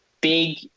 Big